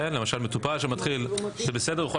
כן, למשל מטופל שמתחיל, זה בסדר?